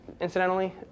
Incidentally